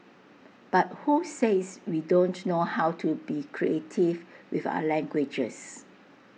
but who says we don't know how to be creative with our languages